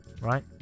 Right